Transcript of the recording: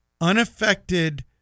unaffected